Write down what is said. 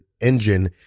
engine